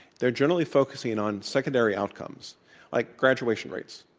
they're generally focusing on secondary outcomes like graduation rates.